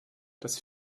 dass